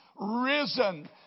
risen